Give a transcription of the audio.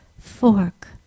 fork